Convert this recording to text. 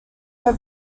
were